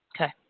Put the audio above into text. Okay